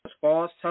False